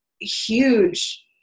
huge